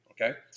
okay